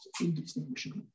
indistinguishable